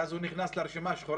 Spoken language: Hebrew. ואז הוא נכנס לרשימה השחורה.